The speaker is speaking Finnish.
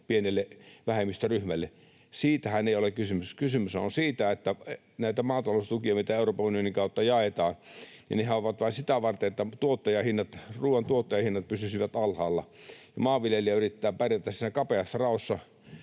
pienelle vähemmistöryhmälle. Siitähän ei ole kysymys. Kysymyshän on siitä, että nämä maataloustuet, mitä Euroopan unionin kautta jaetaan, ovat vain sitä varten, että ruuan tuottajahinnat pysyisivät alhaalla, ja maanviljelijä yrittää pärjätä siinä kapeassa raossa.